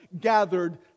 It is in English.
gathered